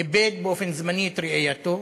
איבד באופן זמני את ראייתו